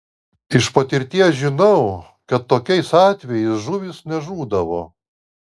iš patirties žinau kad tokiais atvejais žuvys nežūdavo